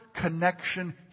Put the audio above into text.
connection